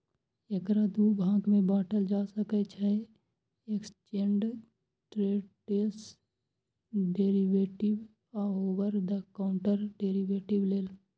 एकरा दू भाग मे बांटल जा सकै छै, एक्सचेंड ट्रेडेड डेरिवेटिव आ ओवर द काउंटर डेरेवेटिव लेल